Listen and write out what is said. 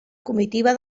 comitiva